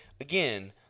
again